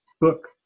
book